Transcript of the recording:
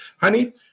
honey